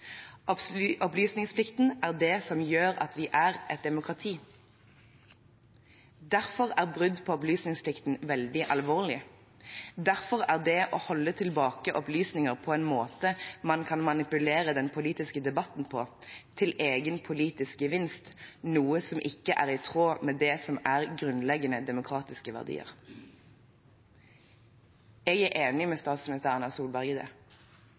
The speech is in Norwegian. tilgjengelige. Opplysningsplikten er det som gjør at vi er et demokrati.» Og videre: «Derfor er brudd på opplysningsplikten også veldig alvorlig. Derfor er det å holde tilbake opplysninger en måte man kan manipulere den politiske debatten på, til egen politisk gevinst, noe som ikke er i tråd med det som er grunnleggende demokratiske verdier.» Jeg er enig med nåværende statsminister Erna Solberg i dette. Men det